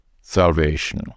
salvation